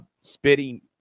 Spitting